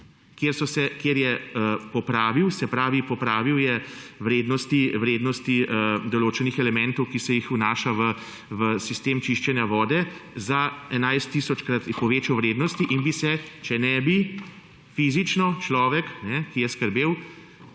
pravi, popravil je vrednosti določenih elementov, ki se jih vnaša v sistem čiščenja vode, za 11 tisočkrat je povečal vrednosti in bi se, če ne bi fizično človek, ki je skrbel